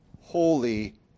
holy